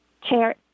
chair